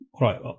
right